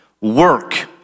work